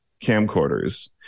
camcorders